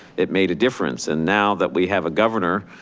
it made a difference. and now that we have a governor,